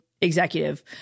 executive